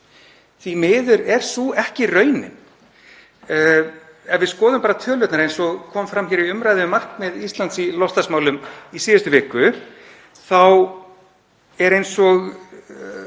Því miður er sú ekki raunin. Ef við skoðum tölurnar, eins og kom fram í umræðu um markmið Íslands í loftslagsmálum í síðustu viku, þá er eins og